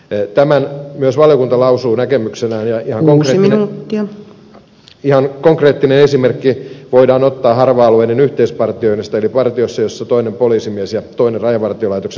tämän myös valiokunta lausuu näkemyksenään ja ihan konkreettinen esimerkki voidaan ottaa harva alueiden yhteispartioinnista eli partiosta jossa toinen on poliisimies ja toinen rajavartiolaitoksen palveluksessa